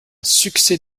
succès